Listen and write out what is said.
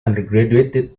undergraduate